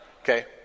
Okay